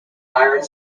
iron